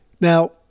Now